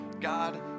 God